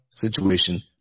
situation